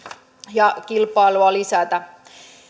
ja kilpailua lisätä